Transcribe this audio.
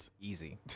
Easy